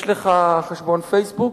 יש לך חשבון "פייסבוק"?